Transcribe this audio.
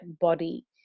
body